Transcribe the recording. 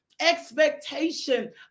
expectation